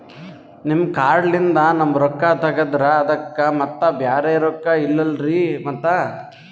ನಿಮ್ ಕಾರ್ಡ್ ಲಿಂದ ನಮ್ ರೊಕ್ಕ ತಗದ್ರ ಅದಕ್ಕ ಮತ್ತ ಬ್ಯಾರೆ ರೊಕ್ಕ ಇಲ್ಲಲ್ರಿ ಮತ್ತ?